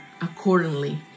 Accordingly